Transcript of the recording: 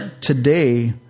today